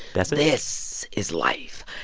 yeah so this is life.